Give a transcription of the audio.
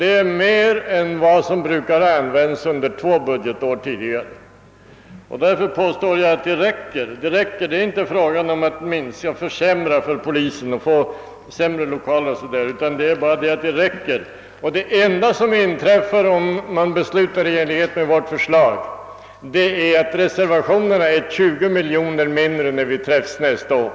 Det är mer än vad som har använts under två budgetår tidigare. Därför påstår jag att det räcker och att vårt försiag inte medför att polisen får sämre lokaler. Det enda som inträffar om man beslutar i enlighet med vårt förslag är att reservationerna kommer att vara 20 miljoner kronor mindre när vi träffas nästa år.